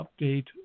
update